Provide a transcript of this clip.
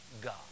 God